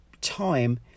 time